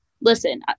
listen